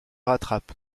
rattrape